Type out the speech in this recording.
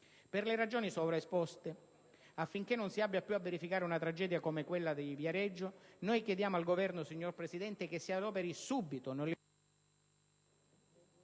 le ragioni sopra esposte, affinché non si abbia più a verificare una tragedia come quella di Viareggio, chiediamo al Governo che si adoperi subito